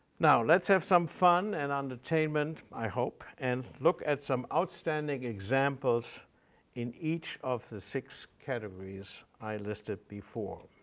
now, let's have some fun and entertainment, i hope, and look at some outstanding examples in each of the six categories i listed before.